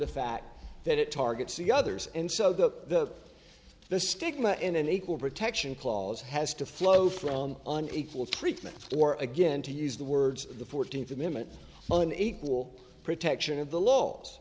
the fact that it targets the others and so the the stigma in an equal protection clause has to flow from an equal treatment or again to use the words of the fourteenth amendment an equal protection of the laws